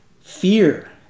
fear